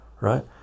right